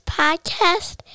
podcast